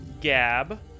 Gab